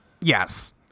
Yes